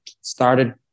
started